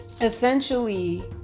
essentially